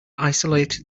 isolate